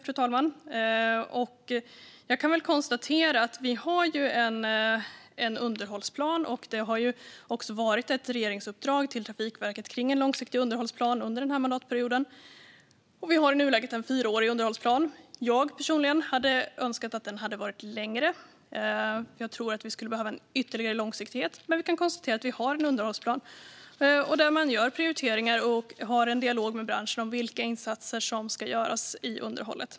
Regeringen gav Trafikverket i uppdrag att under denna mandatperiod ta fram en långsiktig underhållsplan, och i nuläget har vi en fyraårig underhållsplan. Jag önskar att den hade varit längre, för jag tror att vi behöver ytterligare långsiktighet. Vi kan dock konstatera att det finns en underhållsplan i vilken man gör prioriteringar och för en dialog med branschen om vilka underhållsinsatser som ska göras.